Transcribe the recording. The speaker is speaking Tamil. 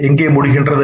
எங்கே முடிகின்றது